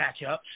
matchups